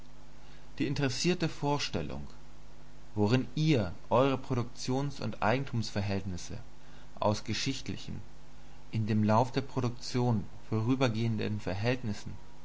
die interessierte vorstellung worin ihr eure produktions und eigentumsverhältnisse aus geschichtlichen in dem lauf der produktion vorübergehenden verhältnissen